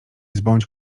zbądź